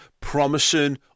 promising